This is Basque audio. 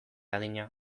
adina